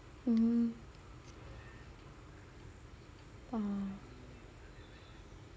mmhmm oh